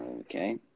Okay